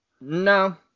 No